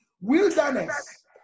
Wilderness